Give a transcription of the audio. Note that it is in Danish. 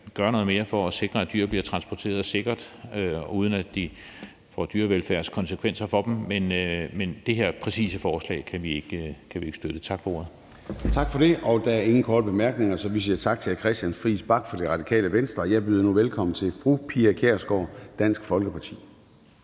gøre noget mere for at sikre, at dyr bliver transporteret sikkert, uden at det får dyrevelfærdsmæssige konsekvenser for dem, men præcis det her forslag kan vi ikke støtte. Tak for ordet. Kl. 16:52 Formanden (Søren Gade): Der er ingen korte bemærkninger, så vi siger tak til hr. Christian Friis Bach fra Radikale Venstre. Jeg byder nu velkommen til fru Pia Kjærsgaard, Dansk Folkeparti.